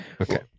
Okay